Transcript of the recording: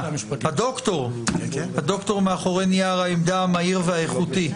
הדוקטור מאחורי נייר העמדה המהיר והאיכותי.